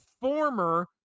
former